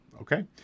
Okay